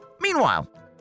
Meanwhile